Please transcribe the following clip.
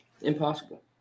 Impossible